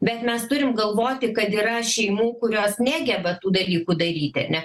bet mes turim galvoti kad yra šeimų kurios negeba tų dalykų daryti ane